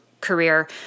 career